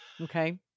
okay